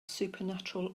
supernatural